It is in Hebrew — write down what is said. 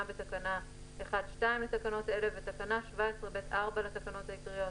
בתקנה 1(2) לתקנות אלה ותקנה 17(ב4) לתקנות העיקריות